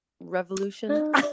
Revolution